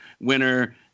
winner